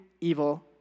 evil